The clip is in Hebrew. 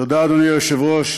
תודה, אדוני היושב-ראש.